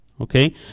okay